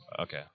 Okay